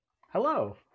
Hello